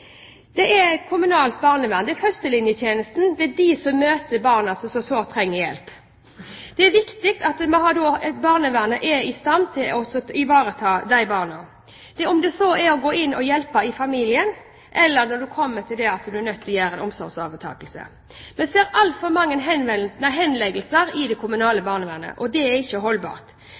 kommunalt barnevern og førstelinjetjenesten som møter de barna som så sårt trenger hjelp. Det er viktig at barnevernet da er i stand til å ta vare på de barna, enten det er å gå inn og hjelpe i familien, eller man kommer til at det er nødvendig med en omsorgsovertakelse. Vi ser altfor mange henleggelser i det kommunale barnevernet, og det er ikke holdbart.